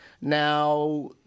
Now